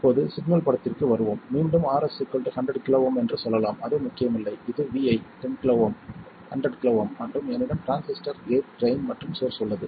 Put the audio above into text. இப்போது சிக்னல் படத்திற்கு வருவோம் மீண்டும் Rs 100 kΩ என்று சொல்லலாம் அது முக்கியமில்லை இது vi 100 kΩ மற்றும் என்னிடம் டிரான்சிஸ்டர் கேட் ட்ரைன் மற்றும் சோர்ஸ் உள்ளது